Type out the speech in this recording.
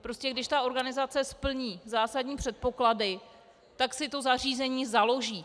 Prostě když organizace splní zásadní předpoklady, tak si zařízení založí.